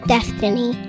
Destiny